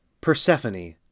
Persephone